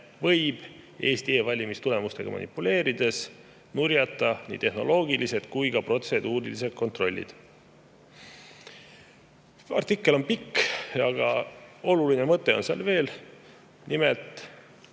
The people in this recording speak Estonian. võib Eesti e‑valimiste tulemustega manipuleerides nurjata nii tehnoloogilised kui ka protseduurilised kontrollid. Artikkel on pikk, aga üks oluline mõte on seal veel. Nimelt,